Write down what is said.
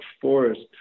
forest